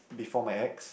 before my ex